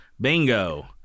bingo